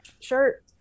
shirt